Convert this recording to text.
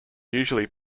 usually